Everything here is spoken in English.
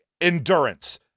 endurance